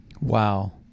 Wow